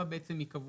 זאת כן נקודה חשובה,